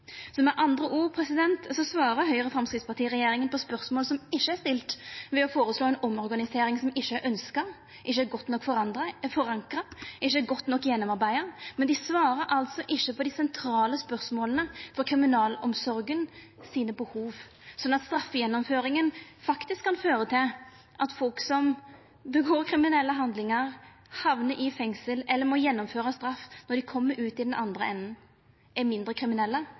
Med andre ord svarer Høgre–Framstegsparti-regjeringa på spørsmål som ikkje er stilte, ved å føreslå ei omorganisering som ikkje er ønskt, ikkje er godt nok forankra, ikkje er godt nok gjennomarbeidd. Dei svarer altså ikkje på dei sentrale spørsmåla for kriminalomsorga sine behov, sånn at straffegjennomføringa faktisk kan føra til at folk som gjer kriminelle handlingar, hamnar i fengsel eller må gjennomføra straff, er mindre kriminelle når dei kjem ut i den andre enden,